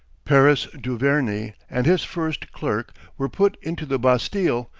paris-duverney and his first clerk were put into the bastille,